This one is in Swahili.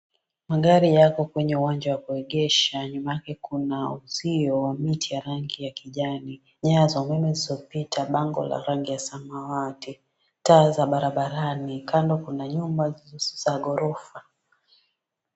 Magari yako kwenye uwanja wa kuegesha, nyuma yake kuna uzio wa miti ya rangi ya kijani, nyaya za umeme zilizopita, bango la rangi ya samawati, taa za barabarani, kando kuna nyumba za ghorofa,